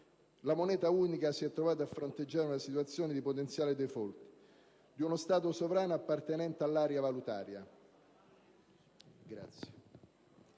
la moneta unica si è trovata a fronteggiare una situazione di potenziale *default* di uno Stato sovrano appartenente all'area valutaria.